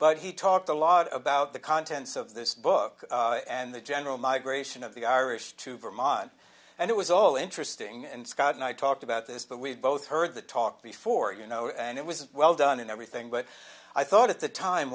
but he talked a lot about the contents of this book and the general migration of the irish to vermont and it was all interesting and scott and i talked about this but we had both heard the talk before you know and it was well done and everything but i thought at the time